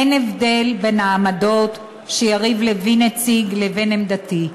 אין הבדל בין העמדות שיריב לוין הציג לבין עמדתי.